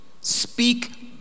speak